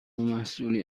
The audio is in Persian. محصولی